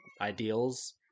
ideals